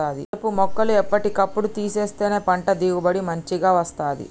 కలుపు మొక్కలు ఎప్పటి కప్పుడు తీసేస్తేనే పంట దిగుబడి మంచిగ వస్తది